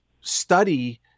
study